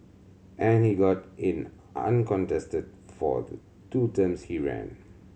and he got in uncontested for the two terms he ran